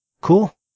Cool